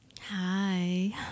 Hi